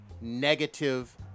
negative